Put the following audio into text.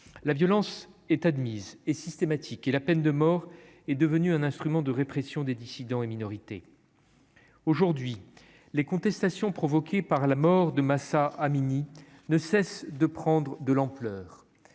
la violence est admise et systématique et la peine de mort est devenue un instrument de répression des dissidents et minorité aujourd'hui les contestations provoquée par la mort de Mahsa Amini ne cesse de prendre de l'ampleur,